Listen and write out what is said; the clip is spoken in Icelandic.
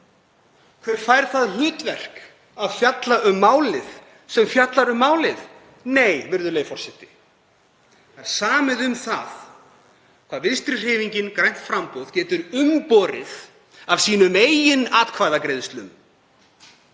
sem fær það hlutverk að fjalla um málið, sem fjallar um málið? Nei, virðulegi forseti, það er samið um það hvað Vinstrihreyfingin – grænt framboð getur umborið af eigin atkvæðagreiðslum.